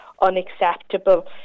unacceptable